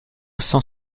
cent